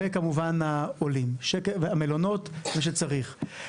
וכמובן המלונות וכל מה שצריך.